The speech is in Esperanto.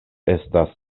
estas